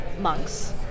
Monk's